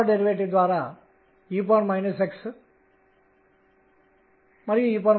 కాబట్టి ఇది చూపించేది ఒక విధమైన స్పేస్ క్వాంటైజేషన్